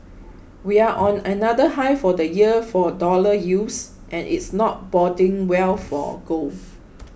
we're on another high for the year for dollar yields and it's not boding well for gold